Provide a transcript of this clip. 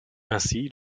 ainsi